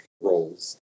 roles